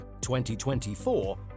2024